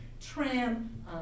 tram